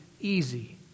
easy